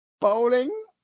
Bowling